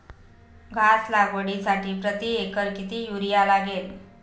घास लागवडीसाठी प्रति एकर किती युरिया लागेल?